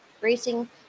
racing